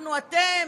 שלא קשורים לשום דבר,